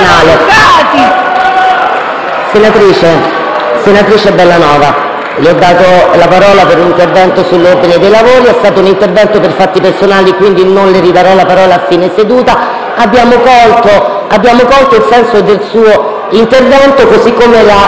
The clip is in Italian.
Senatrice Bellanova, le ho dato la parola per un intervento sull'ordine dei lavori ed è stato un intervento per fatto personale, quindi non le ridarò la parola a fine seduta. Abbiamo colto il senso del suo intervento, così come la senatrice...